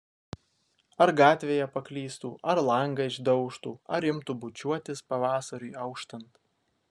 ar gatvėje paklystų ar langą išdaužtų ar imtų bučiuotis pavasariui auštant